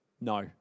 No